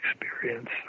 experience